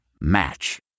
Match